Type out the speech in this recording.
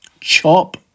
chop